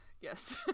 Yes